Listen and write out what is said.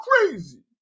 crazy